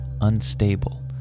unstable